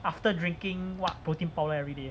after drinking what protein powder everyday